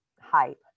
hype